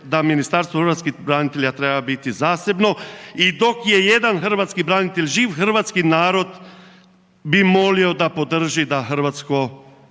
da Ministarstvo hrvatskih branitelja treba biti zasebno i dok je jedan hrvatski branitelj živ hrvatski narod bi molio da podrži da hrvatsko